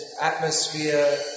atmosphere